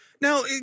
Now